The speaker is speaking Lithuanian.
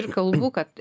ir kalbu kad